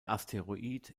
asteroid